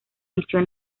misión